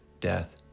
death